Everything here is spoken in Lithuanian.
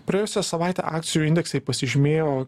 praėjusią savaitę akcijų indeksai pasižymėjo